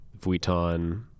Vuitton